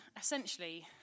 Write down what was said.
essentially